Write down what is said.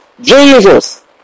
Jesus